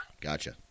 gotcha